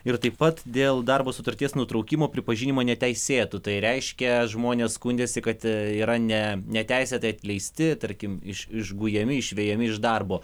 ir taip pat dėl darbo sutarties nutraukimo pripažinimo neteisėtu tai reiškia žmonės skundėsi kad yra ne neteisėtai atleisti tarkim iš išgujami išvejami iš darbo